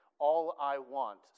all-I-want